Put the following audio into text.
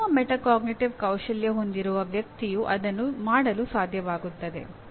ಮತ್ತು ಉತ್ತಮ ಮೆಟಾಕಾಗ್ನಿಟಿವ್ ಕೌಶಲ್ಯ ಹೊಂದಿರುವ ವ್ಯಕ್ತಿಯು ಅದನ್ನು ಮಾಡಲು ಸಾಧ್ಯವಾಗುತ್ತದೆ